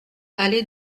allée